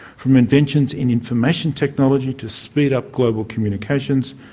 from inventions in information technology to speed up global communications,